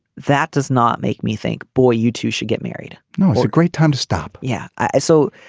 that does not make me think. boy you two should get married. no it's a great time to stop. yeah i so